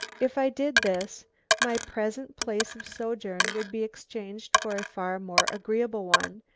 if i did this my present place of sojourn would be exchanged for a far more agreeable one,